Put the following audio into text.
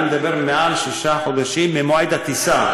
אני מדבר על מעל שישה חודשים ממועד הטיסה.